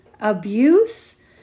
abuse